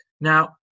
Now